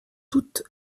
toutes